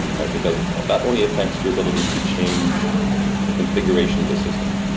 because that only affects your ability to change the configuration of the system.